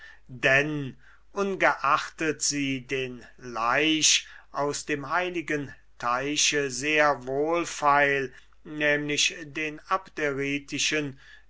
denn ungeachtet sie den laich aus dem heiligen teiche sehr wohlfeil nämlich den